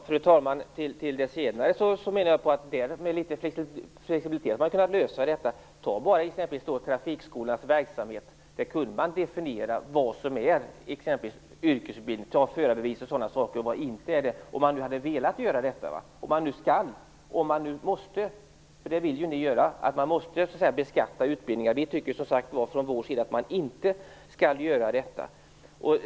Fru talman! Det senare problemet menar jag att man med litet flexibilitet hade kunnat lösa. Ta exempelvis en trafikskolas verksamhet. I det fallet hade man kunnat definiera vad som är yrkesutbildning och förarbevis och vad som inte är det. Det hade gått att göra om man hade velat och om man nu måste beskatta utbildningar som ni vill. Vi tycker som sagt att man inte skall göra det.